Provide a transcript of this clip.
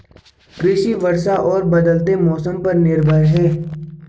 कृषि वर्षा और बदलते मौसम पर निर्भर है